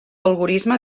algorisme